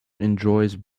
enjoys